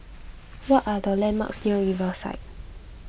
what are the landmarks near Riverside